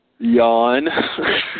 Yawn